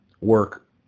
work